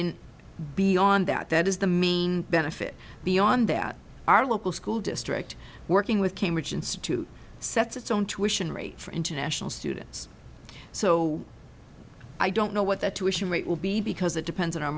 in beyond that that is the main benefit beyond that our local school district working with cambridge institute sets its own tuitions for international students so i don't know what that tuition rate will be because it depends on our